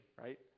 right